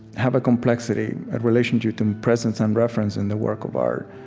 have a complexity, a relationship to presence and reference in the work of art,